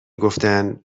گفتن